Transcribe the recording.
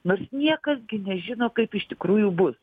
nors niekas gi nežino kaip iš tikrųjų bus